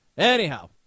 Anyhow